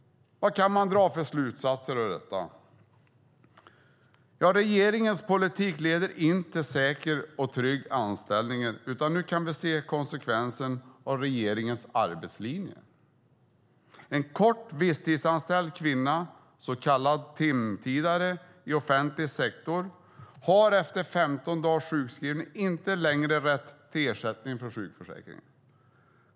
Vilka slutsatser kan man dra av detta? Ja, regeringens politik leder inte till säkra och trygga anställningar, utan nu kan vi se konsekvensen av regeringens arbetslinje. En kvinna med kort visstidsanställning, en så kallad timtidare, i offentlig sektor har efter 15 dagars sjukskrivning inte längre rätt till ersättning från sjukförsäkringen.